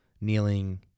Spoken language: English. kneeling